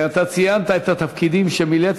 אתה ציינת את התפקידים שמילאת,